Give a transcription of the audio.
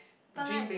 but like